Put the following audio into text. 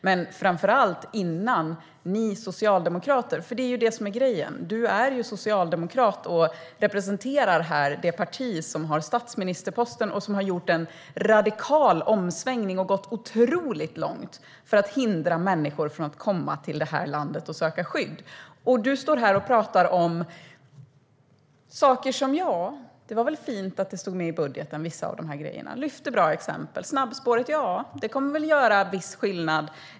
Det som är grejen är att du är socialdemokrat och här representerar det parti som har statsministerposten. Ni har gjort en radikal omsvängning och gått otroligt långt för att hindra människor att komma till detta land och söka skydd. Du står här och talar om saker. Det var väl fint att vissa av de grejerna stod med i budgeten. Du lyfte fram bra exempel. Snabbspåret kommer väl att göra en viss skillnad.